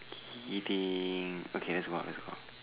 eating okay let's go out let's go out